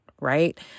right